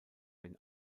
den